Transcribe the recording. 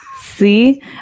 See